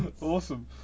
Awesome